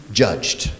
judged